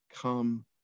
come